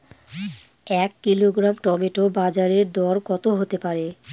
এক kilogram tomato বাজের দরকত হতে পারে?